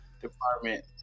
department